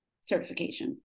certification